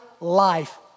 life